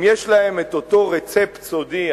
אם יש להם את אותו רצפט סודי,